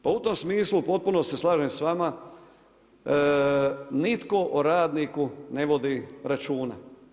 Pa u tom smislu potpuno se slažem s vama, nitko o radniku ne vodi računa.